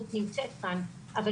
נמצאת כאן איתנו,